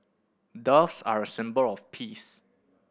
doves are a symbol of peace